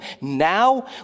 now